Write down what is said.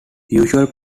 usual